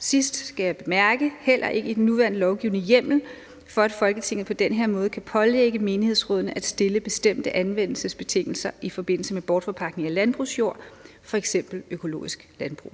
til sidst bemærke, heller ikke i den nuværende lovgivning hjemmel for, at Folketinget på den her måde kan pålægge menighedsrådene at stille bestemte anvendelsesbetingelser i forbindelse med bortforpagtning af landbrugsjord, f.eks. økologisk landbrug.